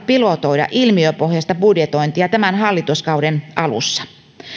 pilotoida ilmiöpohjaista budjetointia tämän hallituskauden alussa